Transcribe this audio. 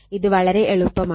ഇത് വളരെ എളുപ്പമാണ്